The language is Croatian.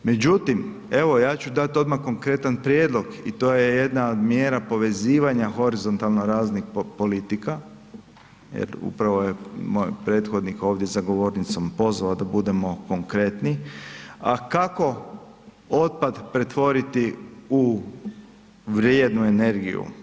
Međutim, evo ja ću dati odmah konkretan prijedlog i to je jedna od mjera povezivanja horizontalno raznih politika, jer upravo je moj prethodnih ovdje za govornicom pozvao da budemo konkretni, a kako otpad pretvoriti u vrijednu energiju.